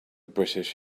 british